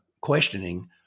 questioning